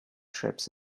trips